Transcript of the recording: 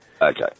Okay